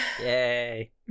Yay